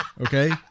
Okay